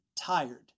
tired